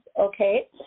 okay